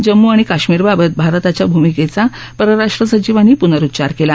जम्मू आणि काश्मिरबाबत भारताच्या भूमिकेचा परराष्ट्र सचिवांनी पुनरुच्चार केला